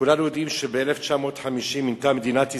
כולנו יודעים שב-1950 מינתה מדינת ישראל,